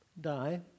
die